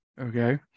okay